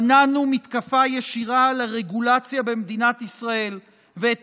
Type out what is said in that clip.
מנענו מתקפה ישירה על הרגולציה במדינת ישראל ואת